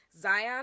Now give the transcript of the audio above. Zion